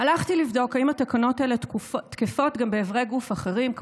הלכתי לבדוק אם התקנות האלה תקפות גם באיברי גוף אחרים,